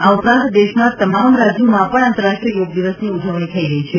આ ઉપરાંત દેશના તમામ રાજ્યોમાં પણ આંતરરાષ્ટ્રીય યોગ દિવસની ઉજવણી થઈ રહી છે